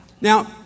Now